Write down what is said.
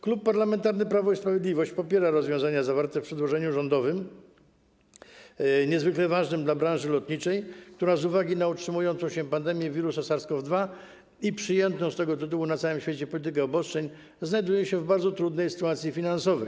Klub Parlamentarny Prawo i Sprawiedliwość popiera rozwiązania zawarte w przedłożeniu rządowym, niezwykle ważne dla branży lotniczej, która z uwagi na utrzymującą się pandemię wirusa SARS-CoV-2 i przyjętą z tego powodu na całym święcie politykę obostrzeń znajduje się w bardzo trudnej sytuacji finansowej.